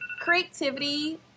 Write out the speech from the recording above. creativity